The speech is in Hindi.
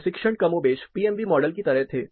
परीक्षण कमोबेश पीएमवी मॉडल की तरह थे